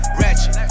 ratchet